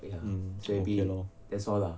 hmm okay lor